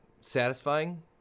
satisfying